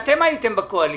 כשאתם הייתם בקואליציה.